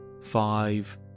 five